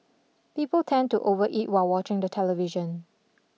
people tend to overeat while watching the television